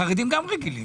חרדים הם גם רגילים.